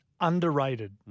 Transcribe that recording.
Underrated